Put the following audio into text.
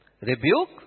Rebuke